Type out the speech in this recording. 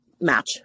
match